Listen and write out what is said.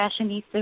fashionista